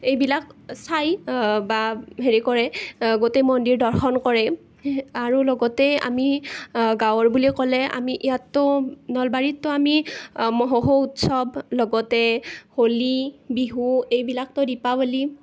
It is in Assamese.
এইবিলাক চাই বা হেৰি কৰে গোটেই মন্দিৰ দৰ্শন কৰে আৰু লগতে আমি গাঁৱৰ বুলি ক'লে আমি ইয়াততো নলবাৰীততো আমি মহোহো উৎসৱ লগতে হোলী বিহু এইবিলাকতো দীপাৱলী